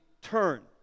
turn